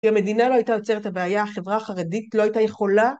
אם המדינה לא הייתה יוצרת את הבעיה, החברה החרדית לא הייתה יכולה.